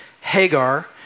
Hagar